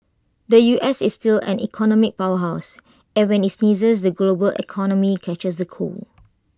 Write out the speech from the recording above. the U S is still an economic power house and when IT sneezes the global economy catches A cold